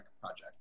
Project